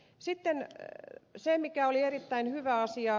sitten se mikä oli erittäin hyvä asia